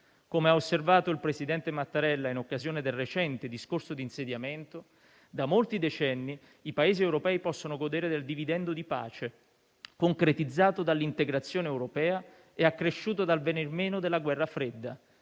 Come ha osservato il presidente Mattarella in occasione del recente discorso di insediamento, da molti decenni i Paesi europei possono godere del dividendo di pace concretizzato dall'integrazione europea e accresciuto dal venir meno della guerra fredda.